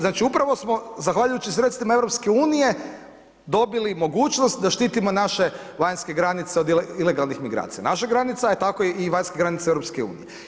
Znači upravo smo zahvaljujući sredstvima EU dobili mogućnost da štitimo naše vanjske granice od ilegalnih migracija, naša granica a tako i vanjske granice EU.